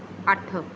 ਅੱਠ